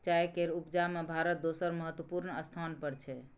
चाय केर उपजा में भारत दोसर महत्वपूर्ण स्थान पर छै